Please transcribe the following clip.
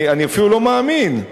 אני אפילו לא מאמין.